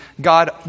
God